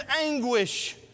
anguish